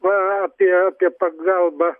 va apie pagalbą